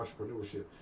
entrepreneurship